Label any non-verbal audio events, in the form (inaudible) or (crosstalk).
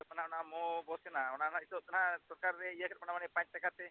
(unintelligible) ᱚᱱᱟ ᱵᱟᱥ ᱦᱮᱱᱟᱜᱼᱟ ᱚᱱᱟ ᱱᱤᱛᱳᱜ ᱫᱚ ᱱᱟᱦᱟᱜ ᱥᱚᱨᱠᱟᱨᱮ ᱤᱭᱟᱹ ᱠᱮᱫ ᱵᱚᱱᱟ ᱯᱟᱸᱪ ᱴᱟᱠᱟᱛᱮ